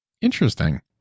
Interesting